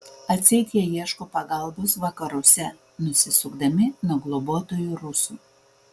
atseit jie ieško pagalbos vakaruose nusisukdami nuo globotojų rusų